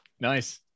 Nice